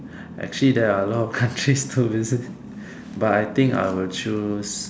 actually there are a lot of countries to visit but I think I would choose